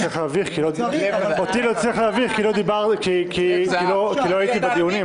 אותי לא צריך להביך כי לא הייתי בדיונים.